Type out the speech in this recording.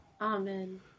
Amen